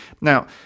Now